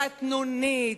קטנונית,